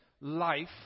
life